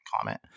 comment